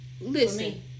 Listen